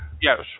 Yes